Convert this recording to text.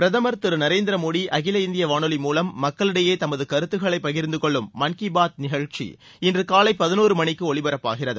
பிரதம் திரு நரேந்திர மோடி அகில இந்திய வானொலி மூலம் மக்களிடையே தமது கருத்துக்களை பகிர்ந்து கொள்ளும் மான் கி பாத் நிகழ்ச்சி இன்று காலை பதினோரு மணிக்கு ஒலிபரப்பாகிறது